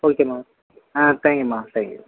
ஓகேம்மா ஆ தேங்க்யூம்மா தேங்க்யூ